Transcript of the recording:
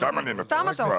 סתם אני אומר מספר.